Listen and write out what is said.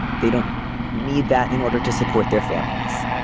they don't need that in order to support their families.